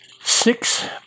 six